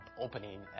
opening